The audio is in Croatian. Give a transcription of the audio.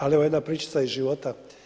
Ali evo jedna pričica iz života.